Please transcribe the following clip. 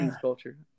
culture